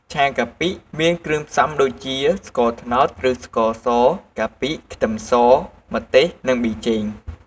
ឆាកាពិ មានគ្រឿងផ្សំដូចជា ស្ករត្នោតឬស្ករស កាពិ ខ្ទឹមស ម្ទេស និងប៊ីចេង។